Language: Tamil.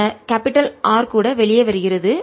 இந்த R கூட வெளியே வருகிறது